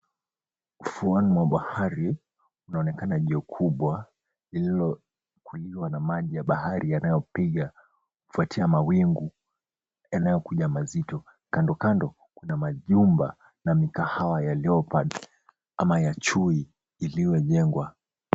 Ufuoni mwa bahari unaonekana jiwe kubwa lililokuliwa na maji ya bahari yanayopiga kufuatia mawingu yanayokuja mazito. Kandokando kuna majumba na mikahawa ya leopard ama ya chui iliyojengwa.